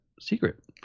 secret